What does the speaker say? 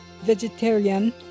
vegetarian